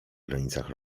granicach